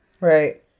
right